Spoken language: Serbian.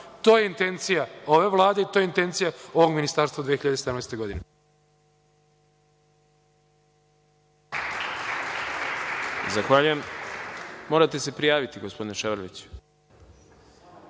To je intencija ove Vlade i to je intencija ovog Ministarstva u 2017. godini.